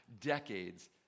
Decades